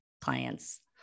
clients